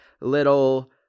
little